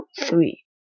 three